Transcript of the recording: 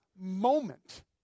moment